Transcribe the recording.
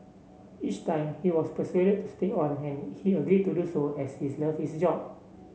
each time he was persuaded to stay on and he agreed to do so as he is loves his job